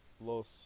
Los